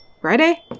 Friday